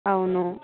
అవును